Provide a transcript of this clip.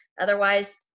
Otherwise